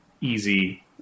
easy